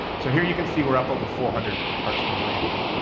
so here you can see we're up over four hundred parts per million. now